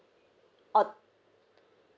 oh